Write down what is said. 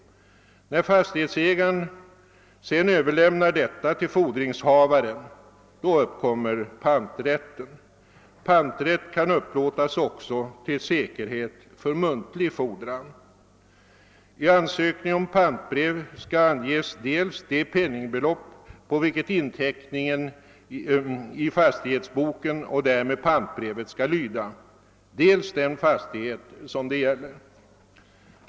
När fastighetsägaren sedan överlämnar detta till fordringshavaren uppkommer panträtten. Panträtt kan upplåtas också till säkerhet för muntlig fordran. I ansökan om pantbrev skall anges dels det penningbelopp på vilket inteckning i fastighetsboken och därmed pantbrevet skall lyda, dels den fastighet det gäller.